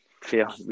feel